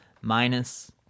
minus